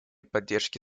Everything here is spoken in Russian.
поддержки